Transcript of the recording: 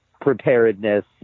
preparedness